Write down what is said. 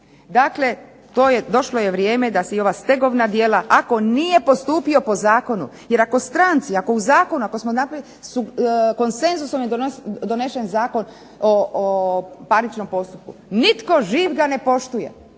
to je, došlo je vrijeme da se i ova stegovna djela ako nije postupio po zakonu. Jer ako stranci, ako u zakonu, ako smo napravili konsenzusom je donešen Zakon o parničnom postupku. Nitko živ ga ne poštuje.